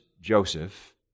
Joseph